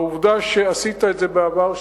העובדה שעשית את זה בעבר,